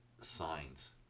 signs